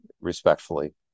respectfully